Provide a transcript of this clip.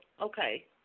Okay